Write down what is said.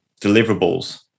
deliverables